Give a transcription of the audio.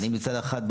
מצד אחד,